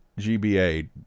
GBA